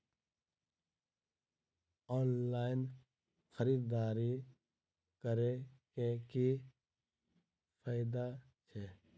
Online खरीददारी करै केँ की फायदा छै?